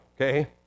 okay